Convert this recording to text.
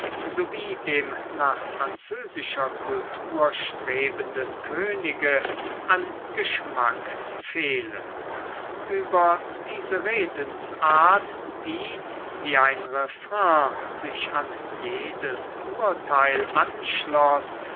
sowie dem nach französischer kultur strebenden könige an geschmack fehle über diese redensart die wie ein refrain sich an jedes urteil anschloß